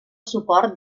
suport